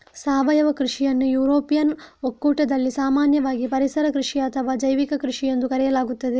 ಸಾವಯವ ಕೃಷಿಯನ್ನು ಯುರೋಪಿಯನ್ ಒಕ್ಕೂಟದಲ್ಲಿ ಸಾಮಾನ್ಯವಾಗಿ ಪರಿಸರ ಕೃಷಿ ಅಥವಾ ಜೈವಿಕ ಕೃಷಿಎಂದು ಕರೆಯಲಾಗುತ್ತದೆ